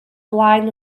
blaen